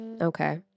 okay